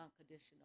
unconditional